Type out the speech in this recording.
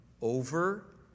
over